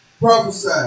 Prophesy